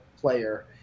player